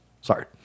Sorry